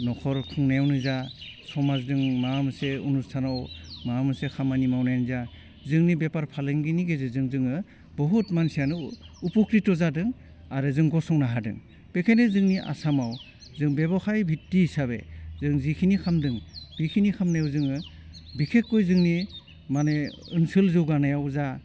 नख'र खुंनायावनो जा समाजजों माबा मोनसे अनुस्थानाव माबा मोनसे खामानि मावनायानो जा जोंनि बेफार फालांगिनि गेजेरजों जोङो बुहुत मानसियानो उफुखिथ' जादों आरो जों गसंनो हादों बेखायनो जोंनि आसामाव जों बेबखाय बित्ति हिसाबै जों जिखिनि खालामदों बेखिनि खालामनायाव जोङो बिखेखय जोंनि माने ओनसोल जौगानायाव जा